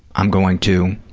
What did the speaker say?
i'm going to